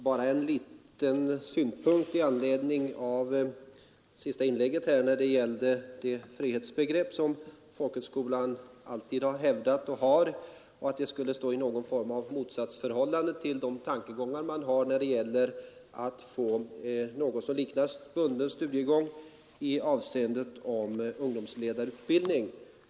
Herr talman! Bara en synpunkt med anledning av det senaste inlägget. Herr Alemyr ville göra gällande att det frihetsbegrepp som folkhögskolan hävdar skulle stå i något slags motsatsförhållande till tankarna på något som liknar bunden studiegång inom ungdomsledarutbildningen.